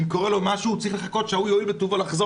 ואם קורה אצלו משהו הוא צריך לחכות שההוא יואיל בטובו לחזור